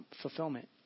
fulfillment